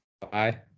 Bye